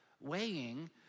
weighing